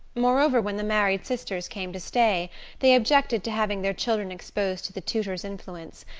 moreover, when the married sisters came to stay they objected to having their children exposed to the tutor's influence,